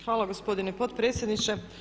Hvala gospodine potpredsjedniče.